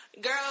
Girl